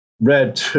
Red